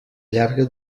llarga